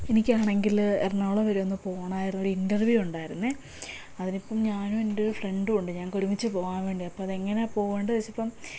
എനിക്കാണെങ്കിൽ എറണാകുളം വരെ ഒന്ന് പോവണമായിരുന്നു ഒരു ഇൻറ്റർവ്യൂ ഉണ്ടായിരുന്നു അതിനിപ്പം ഞാനും എൻ്റെ ഒരു ഫ്രണ്ടും ഉണ്ട് ഞങ്ങൾക്ക് ഒരുമിച്ച് പോകാൻ വേണ്ടിയാ അപ്പം അതെങ്ങനെയാ പോകണ്ടേ ചോദിച്ചപ്പം